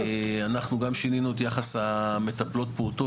אנחנו שינינו את היחס המטפלות-פעוטות,